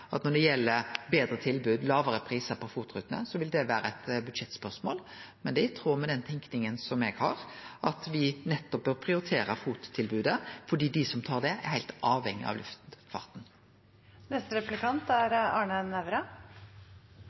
at når det gjeld betre tilbod, lågare prisar på FOT-rutene, vil det vere eit budsjettspørsmål. Men det er i tråd med den tenkinga som eg har, at me nettopp bør prioritere FOT-tilbodet, fordi dei som bruker det, er heilt avhengige av